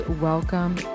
welcome